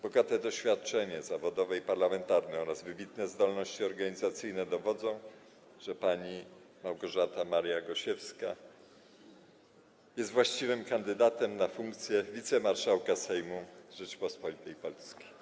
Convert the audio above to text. Bogate doświadczenie zawodowe i parlamentarne oraz wybitne zdolności organizacyjne dowodzą, że pani Małgorzata Maria Gosiewska jest właściwym kandydatem na funkcję wicemarszałka Sejmu Rzeczypospolitej Polskiej.